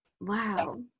Wow